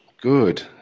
Good